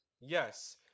Yes